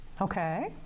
Okay